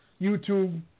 YouTube